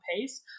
pace